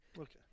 Okay